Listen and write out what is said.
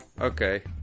Okay